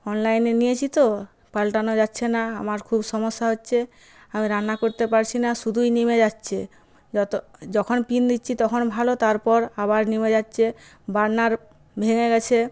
অনলাইনে নিয়েছি তো পাল্টানো যাচ্ছে না আমার খুব সমস্যা হচ্ছে আমি রান্না করতে পারছি না শুধুই নিভে যাচ্ছে যত যখন পিন দিচ্ছি তখন ভাল তারপর আবার নিমে যাচ্ছে বার্নার ভেঙ্গে গেছে